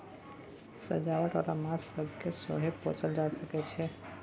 सजावट बाला माछ सब केँ सेहो पोसल जा सकइ छै